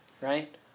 right